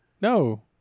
No